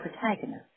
protagonist